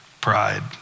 pride